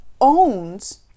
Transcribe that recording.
owns